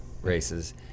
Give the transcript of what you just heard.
races